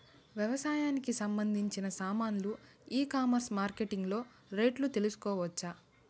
వ్యవసాయానికి సంబంధించిన సామాన్లు ఈ కామర్స్ మార్కెటింగ్ లో రేట్లు తెలుసుకోవచ్చా?